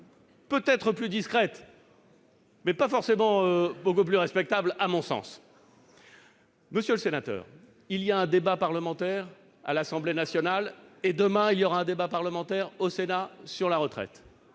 peut-être plus discrète, mais pas forcément beaucoup plus respectable, à mon sens. Monsieur le sénateur, il y a un débat parlementaire à l'Assemblée nationale et, demain, il y aura un débat parlementaire au Sénat sur la retraite.